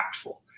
impactful